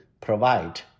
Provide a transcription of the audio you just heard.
provide